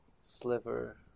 sliver